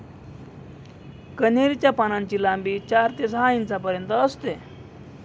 कन्हेरी च्या पानांची लांबी चार ते सहा इंचापर्यंत असते